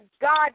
God